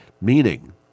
Meaning